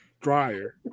dryer